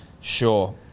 Sure